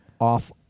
off